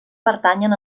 pertanyen